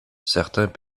certains